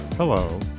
Hello